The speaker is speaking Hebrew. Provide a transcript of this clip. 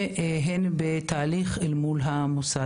והן בתהליך אל מול המוסד.